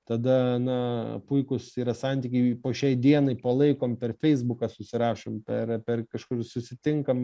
tada na puikūs yra santykiai po šiai dienai palaikom per feisbuką susirašom per per kažkur susitinkam